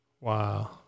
Wow